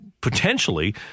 potentially